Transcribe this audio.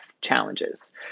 challenges